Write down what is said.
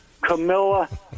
Camilla